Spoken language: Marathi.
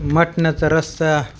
मटनाचा रस्सा